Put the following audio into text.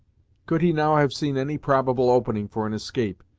could he now have seen any probable opening for an escape,